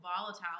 volatile